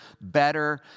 better